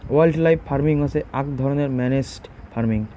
wildlife farming হসে আক ধরণের ম্যানেজড ফার্মিং